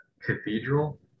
cathedral